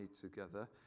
together